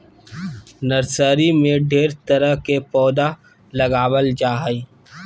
nursery में ढेर तरह के पौधा लगाबल जा हइ